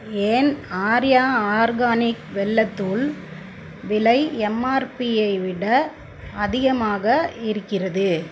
ஏன் ஆர்யா ஆர்கானிக் வெல்லத் தூள் விலை எம்ஆர்பியை விட அதிகமாக இருக்கிறது